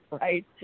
right